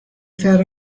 fed